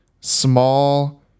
small